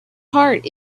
heart